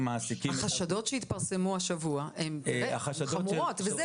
מעסיקים --- החשדות שהתפרסמו השבוע הן חמורות וזה